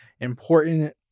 important